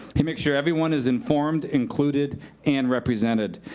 he makes sure everyone is informed, included and represented.